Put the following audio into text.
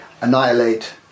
annihilate